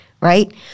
Right